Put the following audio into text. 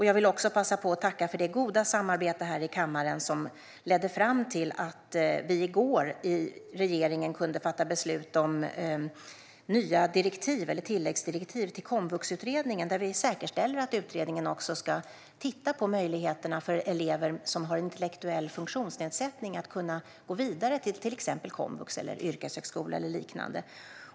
Jag vill också passa på att tacka för det goda samarbete här i kammaren som ledde fram till att vi i går i regeringen kunde fatta beslut om tillläggsdirektiv till Komvuxutredningen, där vi säkerställer att utredningen också ska titta på möjligheterna för elever som har en intellektuell funktionsnedsättning att kunna gå vidare till komvux, yrkeshögskola eller liknande.